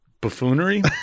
buffoonery